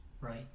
Right